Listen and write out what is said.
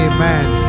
Amen